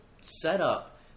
setup